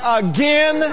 again